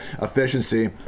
efficiency